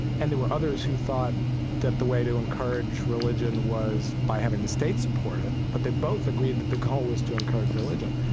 and there were others who thought that the way to encourage religion was by having the state support it, but they both agreed that the goal was to encourage religion.